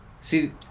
see